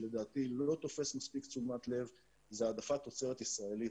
שלדעתי לא תופס מספיק תשומת-לב זה העדפת תוצרת ישראלית.